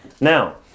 Now